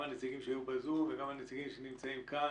גם לנציגים שהיו בזום וגם לנציגים שנמצאים כאן,